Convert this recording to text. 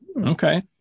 Okay